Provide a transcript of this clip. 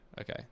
Okay